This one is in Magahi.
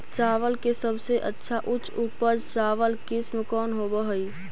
चावल के सबसे अच्छा उच्च उपज चावल किस्म कौन होव हई?